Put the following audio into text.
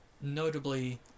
notably